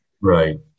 right